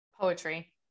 Poetry